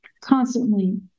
constantly